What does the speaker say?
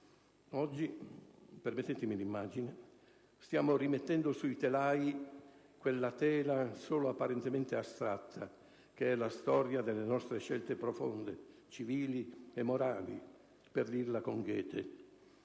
Oggi, permettetemi l'immagine, stiamo rimettendo sui telai quella tela solo apparentemente astratta che è la storia delle nostre scelte profonde, civili e morali, per dirla con Goethe.